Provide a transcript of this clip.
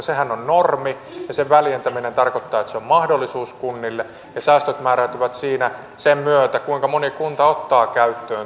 sehän on normi ja sen väljentäminen tarkoittaa että se on mahdollisuus kunnille ja säästöt määräytyvät siinä sen myötä kuinka moni kunta ottaa käyttöön tuon